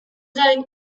gain